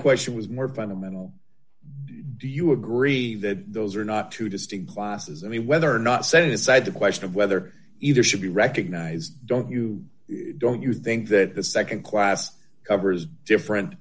question was more fundamental do you agree that those are not two distinct classes and whether or not set aside the question of whether either should be recognized don't you don't you think that the nd class covers different